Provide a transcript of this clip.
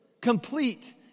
complete